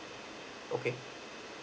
okay